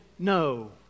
no